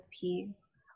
peace